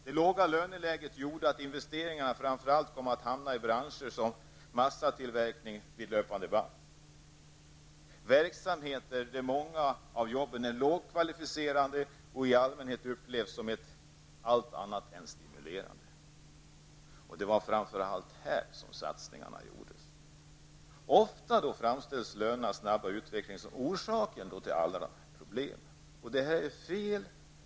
Det låga löneläget gjorde att investeringarna framför allt kom att hamna i branscher med masstillverkning vid löpande band och verksamheter där många av arbetena är lågkvalificerade och i allmänhet upplevs som allt annat än stimulerande. Det var framför allt här som satsningarna gjordes. Ofta framställs lönernas snabba utveckling som orsaken till alla dessa problem. Detta är fel.